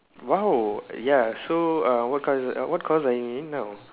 !wow! ya so uh what course what course are you in now